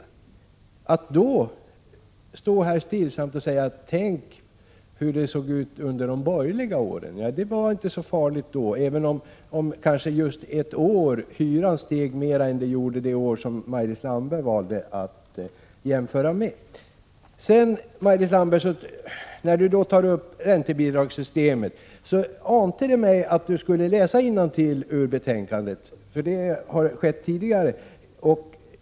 Det är djärvt att då stå här och stillsamt säga: Tänk hur det såg ut under de borgerliga åren! Ja, det var inte så farligt då, även om hyran kanske just ett år steg mer än den gjorde det år som Maj-Lis Landberg valde att jämföra med. När Maj-Lis Landberg tog upp räntesystemet ante det mig att hon skulle läsa innantill ur betänkandet — det har skett tidigare.